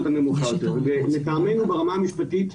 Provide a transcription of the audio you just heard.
לטעמנו ברמה המשפטית,